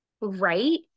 right